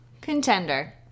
contender